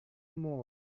more